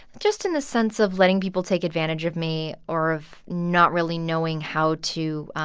just in the sense of letting people take advantage of me or of not really knowing how to